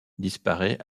disparaît